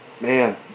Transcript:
Man